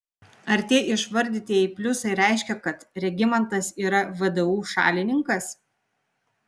ar tie išvardytieji pliusai reiškia kad regimantas yra vdu šalininkas